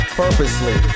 purposely